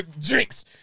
drinks